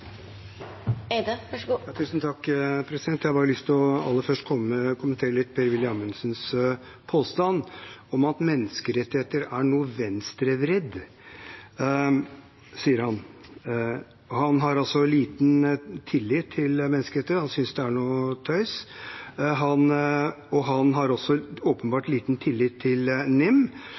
Jeg har bare lyst til aller først å kommentere representanten Per-Willy Amundsens påstand om at menneskerettigheter er noe venstrevridd. Han har liten tillit til menneskerettigheter, han synes det er noe tøys. Han har åpenbart også liten tillit til NIM.